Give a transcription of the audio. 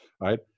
right